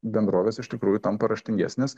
bendrovės iš tikrųjų tampa raštingesnės